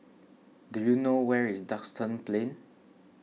do you know where is Duxton Plain